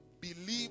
Believe